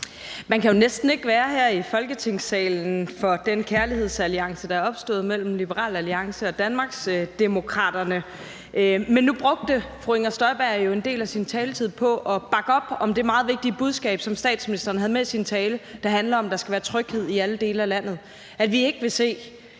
Man kan jo næsten ikke være her i Folketingssalen for den kærlighedsalliance, der er opstået mellem Liberal Alliance og Danmarksdemokraterne. Men nu brugte fru Inger Støjberg jo en del af sin taletid på at bakke op om det meget vigtige budskab, som statsministeren havde med i sin tale, der handler om, at der skal være tryghed i alle dele af landet, og at vi ikke vil se